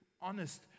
honest